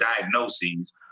diagnoses